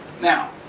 Now